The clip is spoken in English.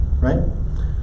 right